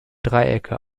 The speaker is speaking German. dreiecke